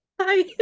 Hi